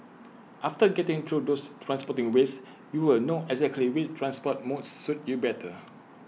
after getting through those transporting ways you will know exactly which transport modes suit you better